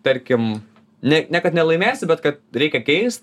tarkim ne niekad nelaimėsi bet kad reikia keist